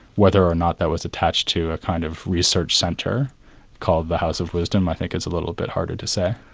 whether or not that was attached to a kind of research centre called the house of wisdom, i think it's little bit harder to say.